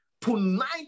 tonight